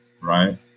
right